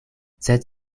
sed